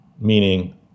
meaning